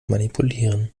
manipulieren